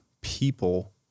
people